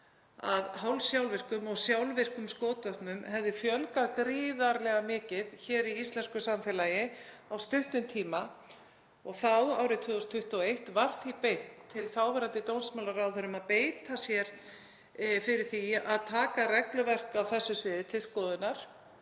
að hálfsjálfvirkum og sjálfvirkum skotvopnum hefði fjölgað gríðarlega mikið í íslensku samfélagi á stuttum tíma og þá, árið 2021, var því beint til þáverandi dómsmálaráðherra að beita sér fyrir því að taka regluverk á þessu sviði til skoðunar.